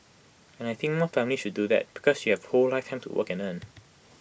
and I think more families should do that because you have A whole lifetime to work and earn